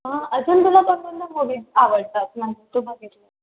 अजून तुला कोणकोणत्या मूव्ही आवडतात म्हणजे तू बघितल्या आहेत